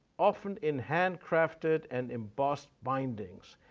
often in handcrafted and embossed bindings.